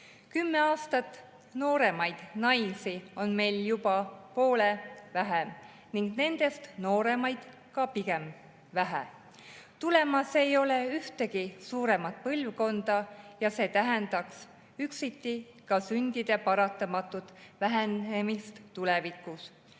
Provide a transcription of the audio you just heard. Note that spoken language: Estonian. Kümme aastat nooremaid naisi on meil juba poole vähem ning nendest nooremaid ka pigem vähe. Tulemas ei ole ühtegi suuremat põlvkonda ja see tähendab üksiti ka sündide paratamatut vähenemist tulevikus.